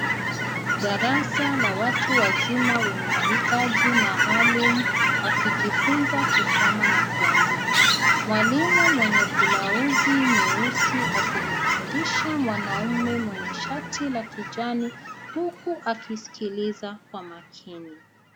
Darasa la watu wazima wenye mahitaji maalum wakijifunza kusoma na kuandika. Mwalimu mwenye blauzi nyeusi akimfundisha mwanaume mwenye shati la kijani huku akisikiliza kwa makini.